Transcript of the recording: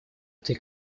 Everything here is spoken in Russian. этой